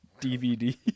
DVD